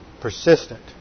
persistent